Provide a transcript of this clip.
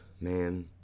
Man